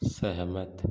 सहमत